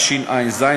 התשע"ז,